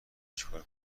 چیکار